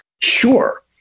Sure